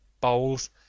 bowls